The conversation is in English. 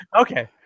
Okay